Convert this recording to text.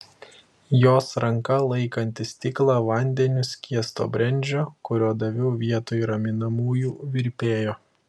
jos ranka laikanti stiklą vandeniu skiesto brendžio kurio daviau vietoj raminamųjų virpėjo